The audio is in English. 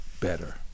better